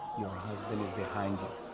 your husband is behind you.